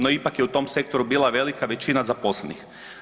No ipak je u tom sektoru bila velika većina zaposlenih.